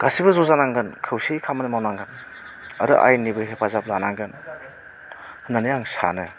गासैबो ज' जानांगोन खौसे खामानि मावनांगो आरो आयेननिबो हेफाजाब लानांगोन होनानै आं सानो